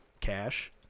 cash